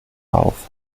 auf